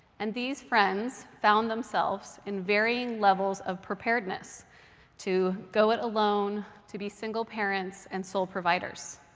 and these friends found themselves in varying levels of preparedness to go it alone, to be single parents and sole providers.